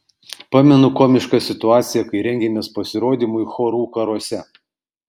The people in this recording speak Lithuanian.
pamenu komišką situaciją kai rengėmės pasirodymui chorų karuose